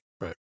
Right